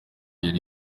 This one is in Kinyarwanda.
yari